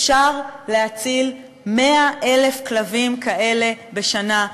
אפשר להציל 100,000 כלבים כאלה בשנה,